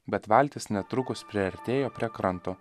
bet valtis netrukus priartėjo prie kranto